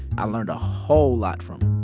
i learned a whole lot from